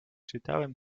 czytałem